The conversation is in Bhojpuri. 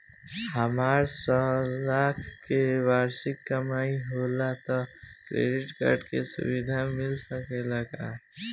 हमार सवालाख के वार्षिक कमाई होला त क्रेडिट कार्ड के सुविधा मिल सकेला का?